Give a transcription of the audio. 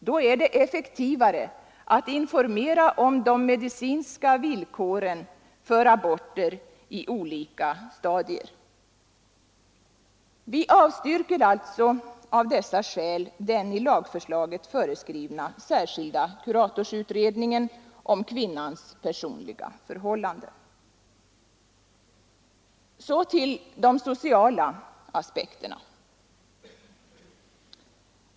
Då är det effektivare att informera om de medicinska villkoren för aborter i olika stadier. Vi avstyrker alltså av dessa skäl den i lagförslaget föreskrivna särskilda kuratorsutredningen om kvinnans personliga förhållanden. Så till de sociala aspekterna.